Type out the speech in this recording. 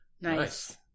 Nice